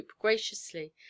graciously